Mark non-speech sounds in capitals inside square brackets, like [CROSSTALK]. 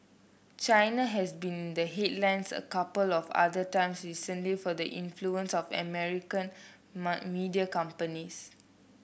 China has been in the headlines a couple of other times recently for the influence of American [UNINTELLIGIBLE] media companies